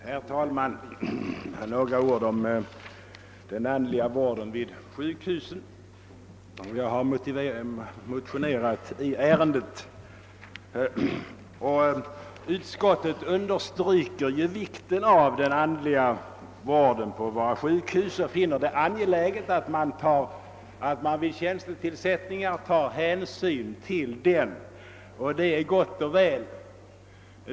Herr talman! Jag vill säga några ord om den andliga vården vid sjukhusen, eftersom jag har motionerat i ärendet. Utskottet understryker vikten av den andliga vården vid våra sjukhus och finner det angeläget att man vid tjänstetillsättningar söker tillgodose behovet härav. Detta är gott och väl.